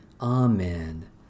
Amen